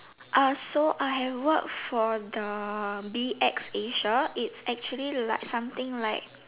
uh so I have work for the B X Asia it's actually like something like